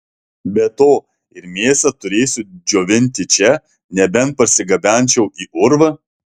be to ir mėsą turėsiu džiovinti čia nebent parsigabenčiau į urvą